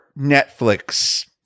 netflix